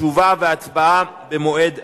תשובה והצבעה במועד אחר.